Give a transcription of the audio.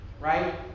Right